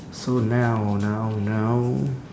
so now now now